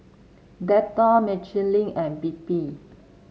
Dettol Michelin and Bebe